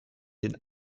den